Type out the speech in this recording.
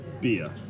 beer